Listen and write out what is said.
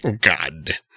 God